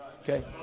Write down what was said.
Okay